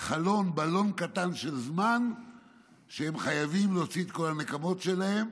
חלון בלון קטן של זמן שהם חייבים להוציא את כל הנקמות שלהם,